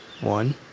One